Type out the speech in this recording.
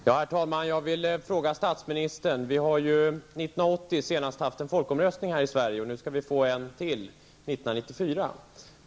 Herr talman! Jag vill ställa en fråga till statsministern. Vi hade en folkomröstning i Sverige senast 1980, och vi skall få en till 1994.